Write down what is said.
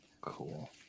Cool